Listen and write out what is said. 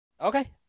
Okay